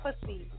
pussy